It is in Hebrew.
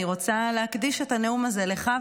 אני רוצה להקדיש את הנאום הזה לך,